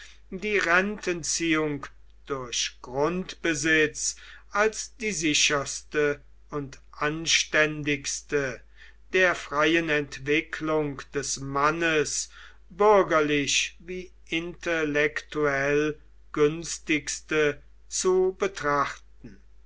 die rentenziehung durch grundbesitz als die sicherste und anständigste der freien entwicklung des mannes bürgerlich wie intellektuell günstigste zu betrachten